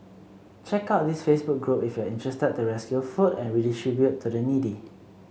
check out this Facebook group if you interested to rescue food and redistribute to the needy